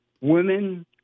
women